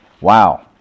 Wow